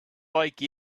like